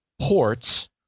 ports